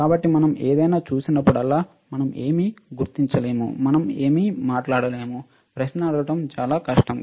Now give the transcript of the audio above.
కాబట్టి మనం ఏదైనా చూసినప్పుడల్లా మనం ఏమి గుర్తించలేము మనం ఏమి మాట్లాడలేము ప్రశ్న అడగడం చాలా కష్టం